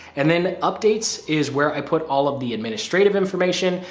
and then updates is where i put all of the administrative information,